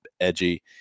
edgy